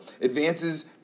Advances